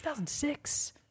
2006